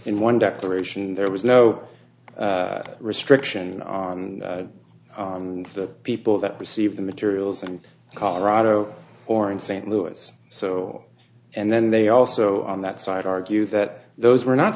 in one declaration there was no restriction on the people that receive the materials and colorado or in st louis so and then they also on that side argue that those were not